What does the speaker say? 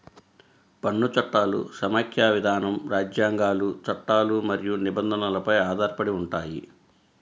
పన్ను చట్టాలు సమాఖ్య విధానం, రాజ్యాంగాలు, చట్టాలు మరియు నిబంధనలపై ఆధారపడి ఉంటాయి